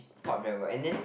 taught very well and then